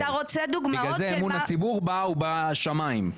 שם אמון הציבור בשמיים.